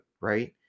right